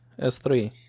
s3